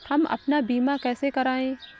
हम अपना बीमा कैसे कराए?